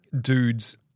dudes